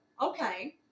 okay